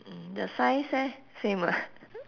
the size eh same ah